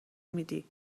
میدی